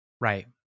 Right